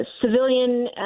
civilian